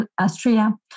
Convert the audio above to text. Austria